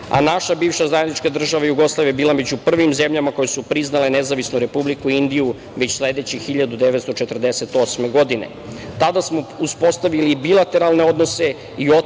a naša bivša zajednička država Jugoslavija je bila među prvim zemljama koje su priznale nezavisnu Republiku Indiju već sledeće 1948. godine. Tada smo uspostavili bilateralne odnose i otpočeli